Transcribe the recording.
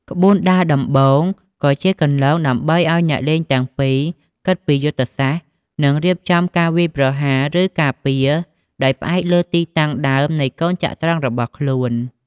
ក្បួនដើរដំបូងក៏ជាគន្លងដើម្បីឲ្យអ្នកលេងទាំងពីរគិតពីយុទ្ធសាស្ត្រ និងរៀបចំការវាយប្រហារឬការពារដោយផ្អែកលើទីតាំងដើមនៃកូនចត្រង្គរបស់ខ្លួន។